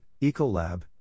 Ecolab